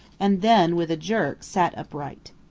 and then with a jerk sat upright.